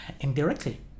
indirectly